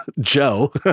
Joe